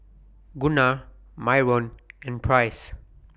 Gunnar Myron and Price